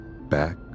back